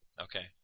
Okay